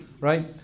Right